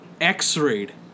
x-rayed